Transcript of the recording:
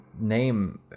name